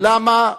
למה?